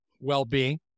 well-being